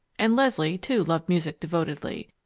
and leslie, too, loved music devotedly,